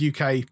UK